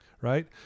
right